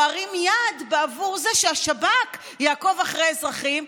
או ארים יד בעבור זה שהשב"כ יעקוב אחרי אזרחים,